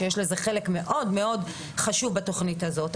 שיש לזה חלק מאוד חשוב בתוכנית הזאת.